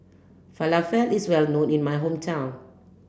Falafel is well known in my hometown